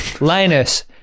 Linus